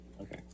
okay